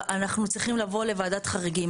אנחנו צריכים לבוא לוועדת חריגים.